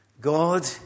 God